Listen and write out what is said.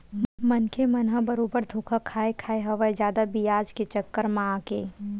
मनखे मन ह बरोबर धोखा खाय खाय हवय जादा बियाज के चक्कर म आके